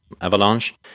Avalanche